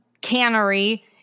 cannery